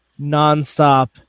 nonstop